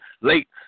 late